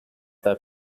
their